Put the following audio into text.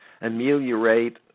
ameliorate